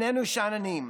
אדוני.